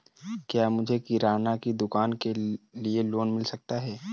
क्या मुझे किराना की दुकान के लिए लोंन मिल सकता है?